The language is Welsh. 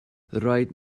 roedd